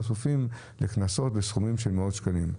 חשופים לקנסות בסכומים של מאות שקלים.